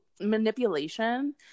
manipulation